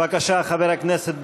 בבקשה, חבר הכנסת בגין.